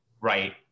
right